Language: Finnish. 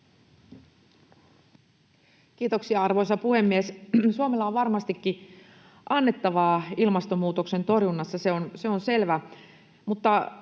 Kiitoksia, arvoisa puhemies! Suomella on varmastikin annettavaa ilmastonmuutoksen torjunnassa, se on selvä,